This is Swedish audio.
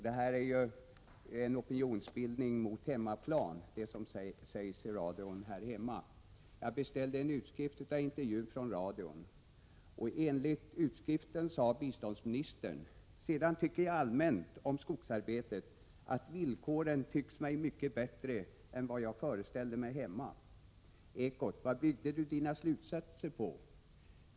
Det som sägs här hemma i radion är en opinionsbildning som avser hemmaplan. Jag beställde en utskrift av intervjun från Sveriges Radio. Enligt utskriften sade biståndsministern: Sedan tycker jag allmänt om skogsarbetet att villkoren tycks mig mycket bättre än vad jag föreställde mig hemma. Ekot: Vad byggde du dina slutsatser på?